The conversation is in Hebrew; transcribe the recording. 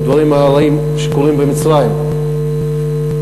הדברים הרעים שקורים במצרים ובסוריה,